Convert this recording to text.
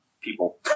people